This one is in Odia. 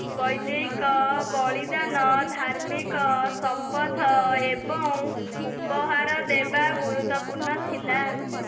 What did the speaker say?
ବୈଦିକ ବଳିଦାନ ଧାର୍ମିକ ଶପଥ ଏବଂ ଉପହାର ଦେବା ଗୁରୁତ୍ୱପୂର୍ଣ୍ଣ ଥିଲା